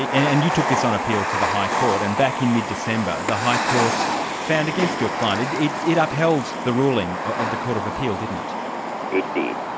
and and you took this on appeal to the high court, and back in mid-december, the high court found against your client. it it it upheld the ruling of the court of appeal, didn't it? it did.